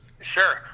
Sure